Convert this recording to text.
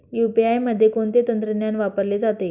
UPI मध्ये कोणते तंत्रज्ञान वापरले जाते?